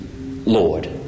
Lord